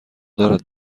دارد